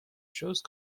chose